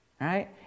Right